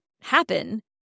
happen